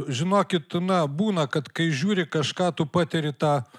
žinokit na būna kad kai žiūri kažką tu patiri tą